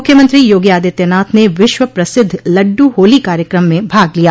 मुख्यमंत्री योगी आदित्यनाथ ने विश्व प्रसिद्ध लड्डू होली कार्यक्रम में भाग लिया